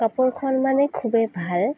কাপোৰখন মানে খুবেই ভাল